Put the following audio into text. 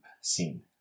scene